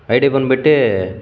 I D ಬಂದ್ಬಿಟ್ಟು